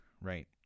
right